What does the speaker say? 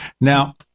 Now